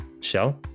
shell